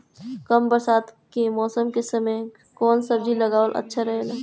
कम बरसात के मौसम में कउन सब्जी उगावल अच्छा रहेला?